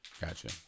Gotcha